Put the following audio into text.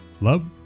Love